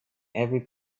every